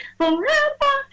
forever